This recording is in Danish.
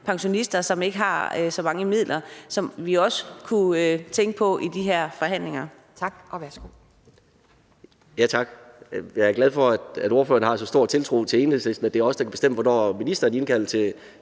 pensionister, som ikke har så mange midler, som vi også kunne tænke på i de her forhandlinger.